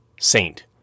Saint